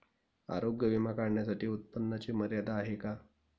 आरोग्य विमा काढण्यासाठी उत्पन्नाची मर्यादा आहे का?